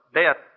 death